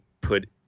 put